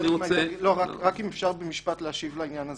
רק אם אפשר במשפט להשיב לעניין הזה.